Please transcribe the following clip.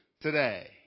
Today